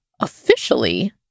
officially